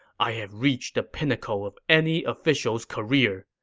i have reached the pinnacle of any official's career.